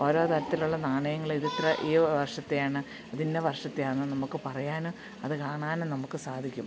ഓരോ തരത്തിലുള്ള നാണയങ്ങളിതിത്ര ഈ വർഷത്തെയാണ് ഇതിന്ന വർഷത്തെയാണെന്നു നമുക്ക് പറയാനും അതു കാണാനും നമുക്ക് സാധിക്കും